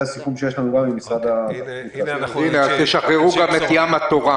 זה חלק מהסיכום שיש לנו גם עם משרד -- אז תשחררו גם את ים התורה.